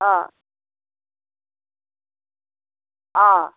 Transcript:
অ' অ'